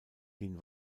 den